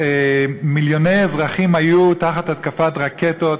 מיליוני אזרחים היו תחת התקפת רקטות,